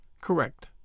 correct